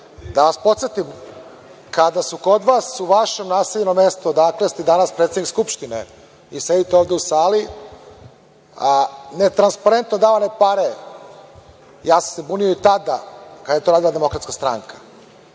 vas podsetim, kada su kod vas u vašem naseljenom mestu odakle ste danas predsednik Skupštine i sedite u ovoj sali, netransparentno davane pare, ja sam se bunio i tada kada je to radila DS.Što se